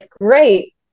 great